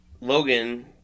Logan